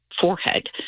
forehead